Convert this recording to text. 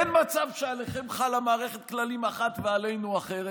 אין מצב שעליכם חלה מערכת כללים אחת ועלינו אחרת.